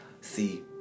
see